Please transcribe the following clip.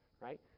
right